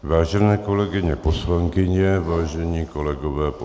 Vážené kolegyně poslankyně, vážení kolegové poslanci.